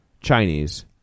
Chinese